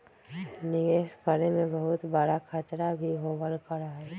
निवेश करे में बहुत बडा खतरा भी होबल करा हई